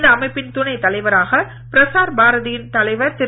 இந்த அமைப்பின் துணை தலைவராக பிரசார் பாரதியின் தலைவர் திரு